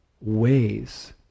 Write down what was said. ways